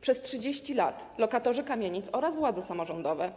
Przez 30 lat lokatorzy kamienic oraz władze samorządowe